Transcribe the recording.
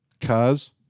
cause